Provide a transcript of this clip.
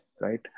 Right